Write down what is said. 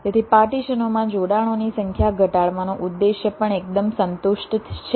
તેથી પાર્ટીશનોમાં જોડાણોની સંખ્યા ઘટાડવાનો ઉદ્દેશ્ય પણ એકદમ સંતુષ્ટ છે